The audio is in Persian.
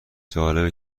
جالبه